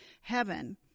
heaven